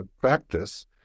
practice